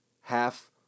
half